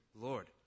Lord